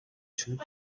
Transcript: чинь